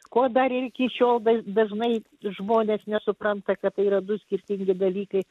ko dar iki šiol dažnai žmonės nesupranta kad tai yra du skirtingi dalykai